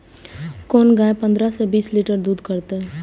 कोन गाय पंद्रह से बीस लीटर दूध करते?